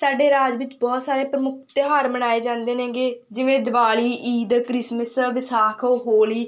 ਸਾਡੇ ਰਾਜ ਵਿੱਚ ਬਹੁਤ ਸਾਰੇ ਪ੍ਰਮੁੱਖ ਤਿਉਹਾਰ ਮਨਾਏ ਜਾਂਦੇ ਨੇਗੇ ਜਿਵੇਂ ਦਿਵਾਲੀ ਈਦ ਕ੍ਰਿਸਮਿਸ ਵਿਸਾਖੀ ਹੋਲੀ